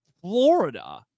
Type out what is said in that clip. Florida